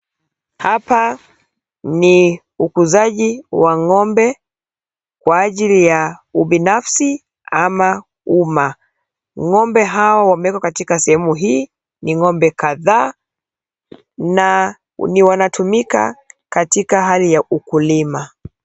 Hapa ni ukuzaji wa ng'ombe kwa ajili ya ubinafsi ama umma. Ng'ombe hao wamewekwa katika sehemu hii, ni ng'ombe kadhaa na wanatumika katika hali ya ukulima.